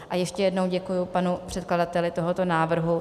A ještě jednou děkuji panu předkladateli tohoto návrhu.